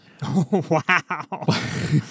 Wow